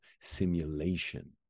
simulation